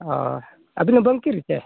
ᱦᱳᱭ ᱟᱹᱵᱤᱱ